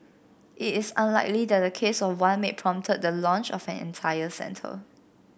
it is unlikely that the case of one maid prompted the launch of an entire center